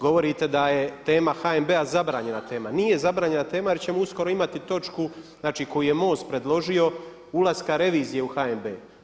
Govorite da je tema HNB-a zabranjena tema, nije zabranjena tema jer ćemo uskoro imati točku, znači koju je MOST predložio ulaska revizije u HNB.